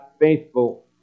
faithful